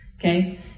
Okay